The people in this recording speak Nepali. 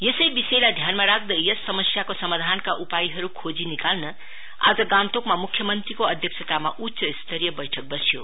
यसै विषयलाई ध्यानमा राख्दै यस समस्याको समाधानका उपयाहरु खोजी निकाल्न आज गान्तोकमा मुख्य मंत्रीको अध्यक्षतामा उच्च स्तरीय बैठक बस्यो